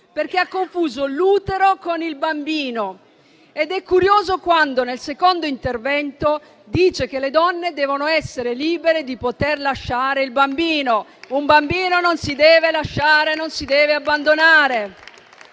perché ha confuso l'utero con il bambino. È curioso quando, nel secondo intervento, ha detto che le donne devono essere libere di poter lasciare il bambino: un bambino non si deve lasciare e non si deve abbandonare;